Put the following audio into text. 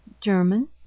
german